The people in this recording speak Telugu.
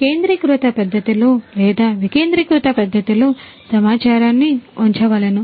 కేంద్రీకృత పద్ధతిలో లేదా వికేంద్రీకృత పద్ధతిలో సమాచారాన్ని ఉంచవలెను